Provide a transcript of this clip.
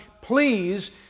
please